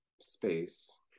space